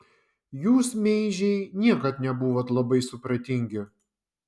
jūs meižiai niekad nebuvot labai supratingi